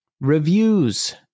Reviews